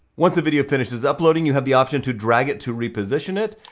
once the video finishes uploading you have the option to drag it to reposition it,